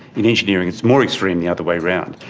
in engineering it's more extreme the other way around.